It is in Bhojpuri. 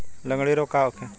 लगंड़ी रोग का होखे?